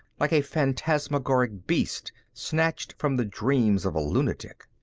like a phantasmagoric beast snatched from the dreams of a lunatic.